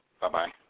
Bye-bye